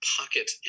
pocket